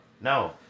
No